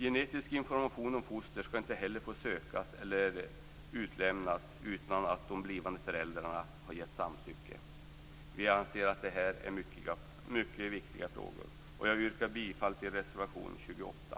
Genetisk information om foster skall inte heller få sökas eller utlämnas utan att de blivande föräldrarna har givit sitt samtycke. Vi anser att detta är mycket viktiga frågor. Jag yrkar bifall till reservation 28.